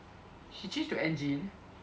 she change to engin